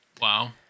Wow